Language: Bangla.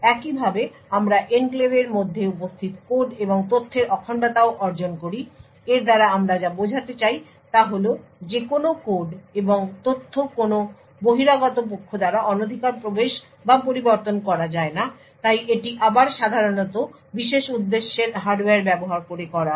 একইভাবে আমরা এনক্লেভের মধ্যে উপস্থিত কোড এবং তথ্যের অখণ্ডতাও অর্জন করি এর দ্বারা আমরা যা বোঝাতে চাই তা হল যে কোনও কোড এবং তথ্য কোনও বহিরাগত পক্ষ দ্বারা অনধিকার প্রবেশ বা পরিবর্তন করা যায় না তাই এটি আবার সাধারণত বিশেষ উদ্দেশ্যের হার্ডওয়্যার ব্যবহার করে করা হয়